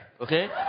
Okay